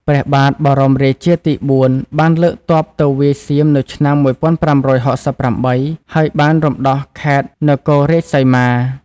ព្រះបាទបរមរាជាទី៤ បានលើកទ័ពទៅវាយសៀមនៅឆ្នាំ ១៥៦៨ ហើយបានរំដោះខេត្តនគររាជសីមា។